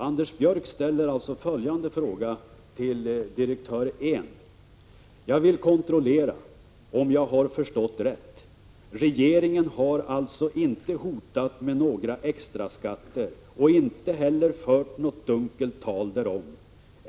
Anders Björck ställde följande fråga till direktör Ehn vid utfrågningen: ”Jag vill kontrollera om jag har förstått rätt. Regeringen har alltså inte hotat med några extraskatter och inte heller fört något dunkelt tal därom.